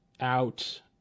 out